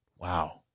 Wow